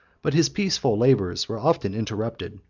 but his peaceful labors were often interrupted,